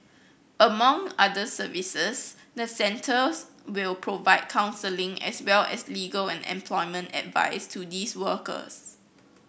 among other services the centres will provide counselling as well as legal and employment advice to these workers